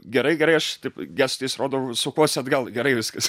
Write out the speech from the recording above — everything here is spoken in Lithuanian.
gerai gerai aš taip gestais rodau sukuosi atgal gerai viskas